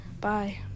bye